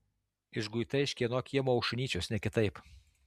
išguita iš kieno kiemo už šunyčius ne kitaip